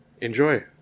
enjoy